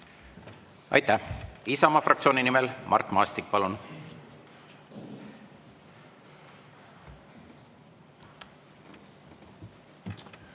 Aitäh! Isamaa fraktsiooni nimel Mart Maastik, palun!